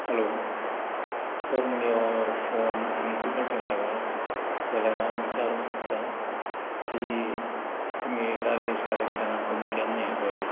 hello sir म्हुगे हो phone म्युनसिपाल्टीन लागला जाल्यार हांव विचारूं सोदतां की तुमगे गार्बेज कलेक्शना तुमी केन्ना येतोले